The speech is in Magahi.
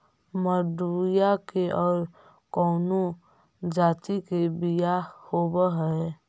मडूया के और कौनो जाति के बियाह होव हैं?